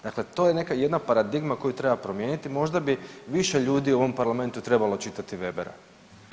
Dakle, to je neka jedna paradigma koju treba promijeniti, možda bi više ljudi u ovom parlamentu trebalo čitati Webera.